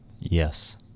Yes